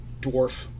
dwarf